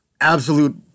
absolute